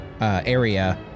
area